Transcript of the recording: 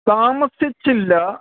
താമസിച്ചില്ലാ